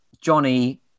Johnny